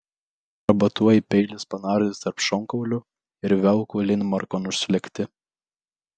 arba tuoj peilis panardys tarp šonkaulių ir velku linmarkon užslėgti